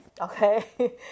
okay